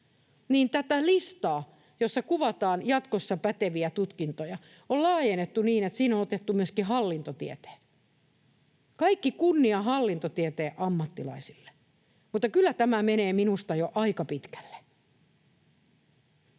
tätä listaa, jossa kuvataan jatkossa päteviä tutkintoja, on laajennettu niin, että siihen on otettu myöskin hallintotieteet. Kaikki kunnia hallintotieteen ammattilaisille, mutta kyllä tämä menee minusta jo aika pitkälle.